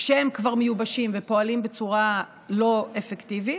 כשהם כבר מיובשים ופועלים בצורה לא אפקטיבית,